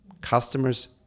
Customers